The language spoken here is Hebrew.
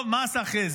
טוב, מה עשה חזי?